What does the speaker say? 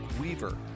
Weaver